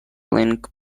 link